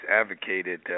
advocated